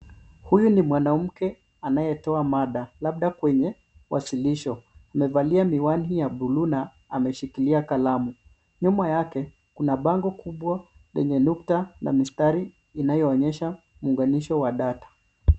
Huyu ni mwanamke anayetoa mada labda kwenye uwasilisho. Amevalia miwani ya buluu na ameshikilia kalamu. Nyuma yake, kuna bango lenye nukta na mistari iliyoonyesha uunganisho wa data.